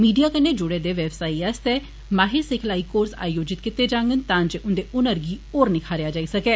media कन्नै जुडे दे व्यवसाई आस्तै माहिर सिखलाई कोर्स आयोजित कीते जांगन ता जे उन्दे हुनर गी निखारेओ जाई सकै